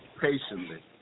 patiently